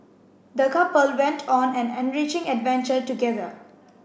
the couple went on an enriching adventure together